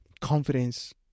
confidence